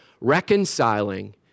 Reconciling